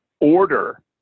order